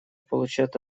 получают